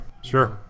Sure